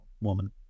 woman